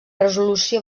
resolució